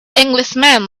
englishman